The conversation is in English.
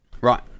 Right